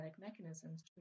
mechanisms